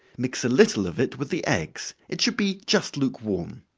mix a little of it with the eggs it should be just lukewarm.